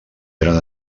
eren